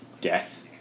death